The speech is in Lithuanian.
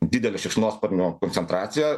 didelė šikšnosparnio koncentracija